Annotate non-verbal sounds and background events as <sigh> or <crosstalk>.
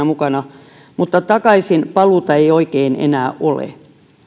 <unintelligible> mukana mutta takaisinpaluuta ei oikein enää ole